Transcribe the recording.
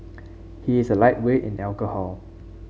he is a lightweight in alcohol